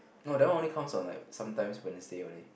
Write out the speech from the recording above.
no that one only comes on like sometimes Wednesday only